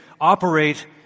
operate